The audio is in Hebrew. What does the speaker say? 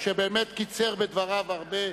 שבאמת קיצר בדבריו הרבה.